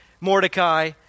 Mordecai